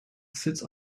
sits